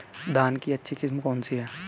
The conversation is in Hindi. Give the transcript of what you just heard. धान की अच्छी किस्म कौन सी है?